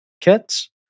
kits